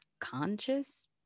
conscious